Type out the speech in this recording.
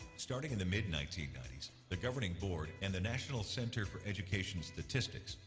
starting in the mid nineteen ninety s, the governing board and the national center for education statistics,